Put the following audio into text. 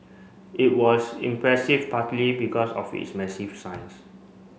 it was impressive partly because of its massive size